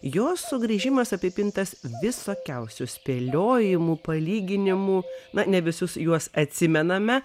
jo sugrįžimas apipintas visokiausių spėliojimų palyginimų na ne visus juos atsimename